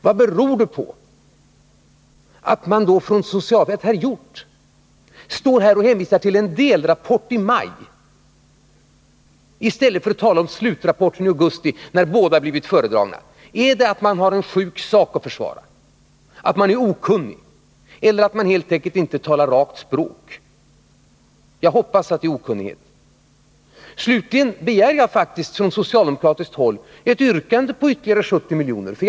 Vad beror det på att herr Hjorth hänvisar till en delrapport i maj i stället för att tala om slutrapporten i augusti, när båda blivit föredragna? Har man en sjuk sak att försvara, är man okunnig eller talar man helt enkelt inte rakt språk? Jag hoppas att det är fråga om okunnighet. Slutligen begär jag från socialdemokratiskt håll ett yrkande på ytterligare 70 milj.kr.